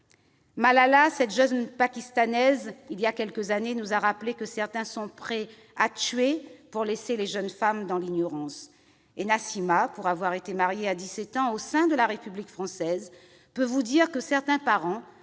Malala, cette jeune Pakistanaise, nous a rappelé voilà quelques années que certains sont prêts à tuer pour laisser les jeunes femmes dans l'ignorance. Et Nassimah, pour avoir été mariée à 17 ans au sein de la République française, peut vous dire que certains parents